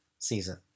season